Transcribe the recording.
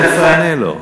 אני תכף אענה לו.